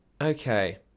okay